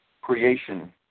creation